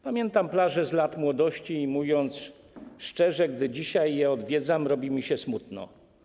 Pamiętam plaże z lat młodości i mówiąc szczerze, gdy dzisiaj je odwiedzam, robi mi się smutno.